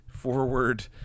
forward